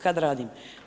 Kada radim?